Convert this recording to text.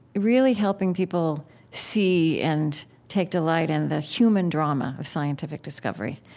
really helping people see and take delight in the human drama of scientific discovery.